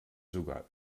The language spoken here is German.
sogar